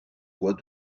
bois